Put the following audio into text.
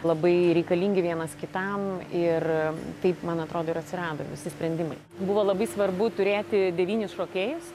labai reikalingi vienas kitam ir taip man atrodo ir atsirado visi sprendimai buvo labai svarbu turėti devynis šokėjus